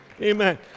Amen